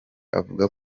avuga